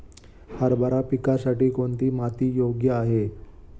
हरभरा पिकासाठी कोणती माती योग्य आहे?